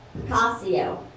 Picasso